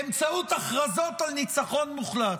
באמצעות הכרזות על ניצחון מוחלט.